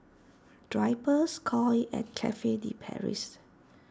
Drypers Koi and Cafe De Paris